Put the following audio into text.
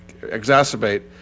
exacerbate